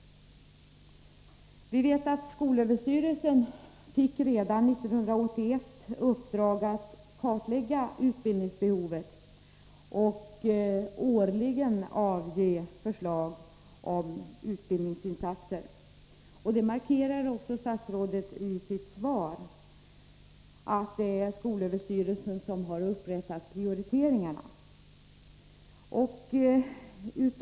Vi vet att skolöverstyrelsen redan 1981 fick i uppdrag att kartlägga utbildningsbehovet och årligen avge förslag om utbildningsinsatser. Statsrådet markerar också i sitt svar att det är skolöverstyrelsen som upprättat prioriteringarna.